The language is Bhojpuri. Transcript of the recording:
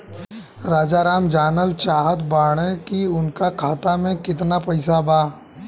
राजाराम जानल चाहत बड़े की उनका खाता में कितना पैसा बा?